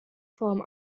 form